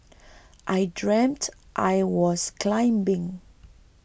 I dreamt I was climbing